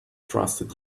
trusted